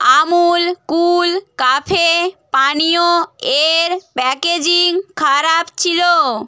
Amul Kool Cafe পানীয় এর packaging খারাপ ছিলো